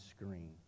screen